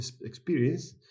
experience